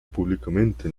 públicamente